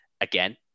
Again